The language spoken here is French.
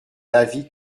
l’avis